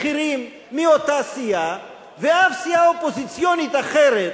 בכירים, מאותה סיעה, ואף סיעה אופוזיציונית אחרת